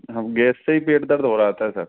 हाँ गैस से ही पेट दर्द हो रहा था सर